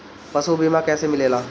पशु बीमा कैसे मिलेला?